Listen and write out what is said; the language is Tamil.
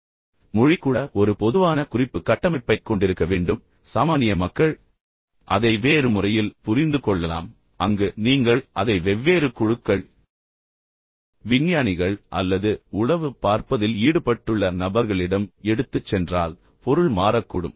எனவே மொழி கூட ஒரு பொதுவான குறிப்பு கட்டமைப்பைக் கொண்டிருக்க வேண்டும் சாமானிய மக்கள் அதை வேறு முறையில் புரிந்து கொள்ளலாம் அங்கு நீங்கள் அதை வெவ்வேறு குழுக்கள் விஞ்ஞானிகள் அல்லது உளவு பார்ப்பதில் ஈடுபட்டுள்ள நபர்களிடம் எடுத்துச் சென்றால் பொருள் மாறக்கூடும்